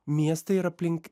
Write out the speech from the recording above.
miestai ir aplink